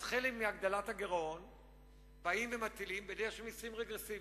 אז חלק מהגדלת הגירעון מטילים בדרך של מסים רגרסיביים.